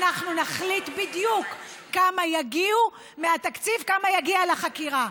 אנחנו נחליט בדיוק כמה מהתקציב יגיע לחקירה.